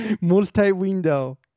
multi-window